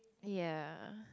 ya